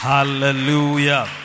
Hallelujah